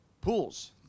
pools